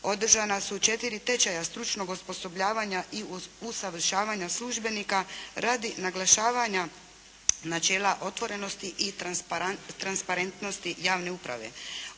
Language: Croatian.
Održana su četiri tečaja stručnog osposobljavanja i usavršavanja službenika radi naglašavanja načela otvorenosti i transparentnosti javne uprave.